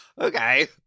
Okay